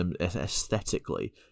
aesthetically